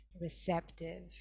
receptive